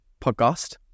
podcast